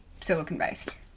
silicon-based